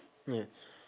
yeah